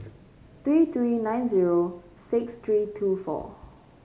three three nine zero six three two four